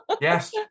Yes